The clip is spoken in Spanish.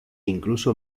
incluso